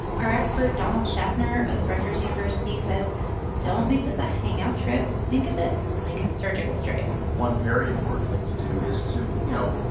our expert donald schaffner of rutgers university says don't make this a hangout trip. think of it like a surgical strike one very important thing to do is to, you know,